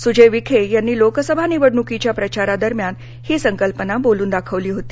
सुजय विखे यांनी लोकसभा निवडणुकीच्या प्रचारा दरम्यान ही संकल्पना बोलून दाखवली होती